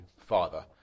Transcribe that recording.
Father